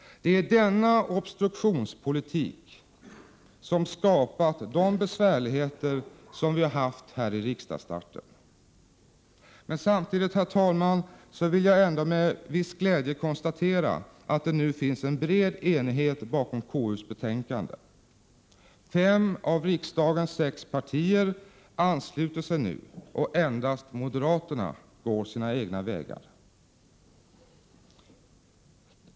Det är denna obstruktionspolitik som skapat de besvärligheter som vi haft här i riksdagsstarten. Samtidigt, herr talman, vill jag ändå med glädje konstatera att det nu föreligger bred enighet kring KU:s betänkande. Fem av riksdagens sex partier har anslutit sig, och endast moderaterna går sina egna vägar.